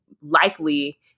likely